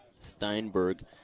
Steinberg